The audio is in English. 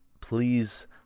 please